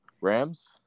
Rams